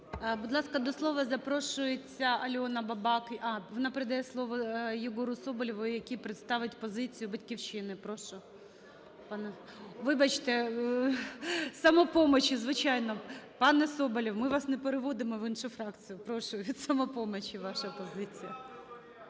Будь ласка, до слова запрошується Альона Бабак. А, вона передає слово Єгору Соболєву, який представить позицію "Батьківщини". Прошу, пане... Вибачте, "Самопомочі", звичайно. Пане Соболєв, ми вас не переводимо в іншу фракцію. Прошу, від "Самопомочі" ваша позиція.